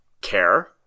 care